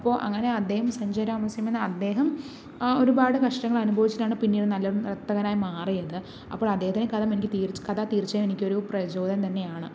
അപ്പോൾ അങ്ങനെ അദ്ദേഹം സഞ്ജയ് രാമസ്വാമി എന്ന അദ്ദേഹം ഒരുപാട് കഷ്ടങ്ങൾ അനുഭവിച്ചിട്ടാണ് പിന്നീട് നല്ലൊരു നൃത്തകനായി മാറിയത് അപ്പോൾ അദ്ദേഹത്തിൻ്റെ കഥം എനിക്ക് തീർച് കഥ എനിക്ക് തീർച്ചയായും എനിക്ക് ഒരു പ്രചോദനം തന്നെയാണ്